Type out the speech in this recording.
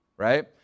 Right